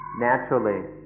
naturally